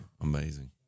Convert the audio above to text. Amazing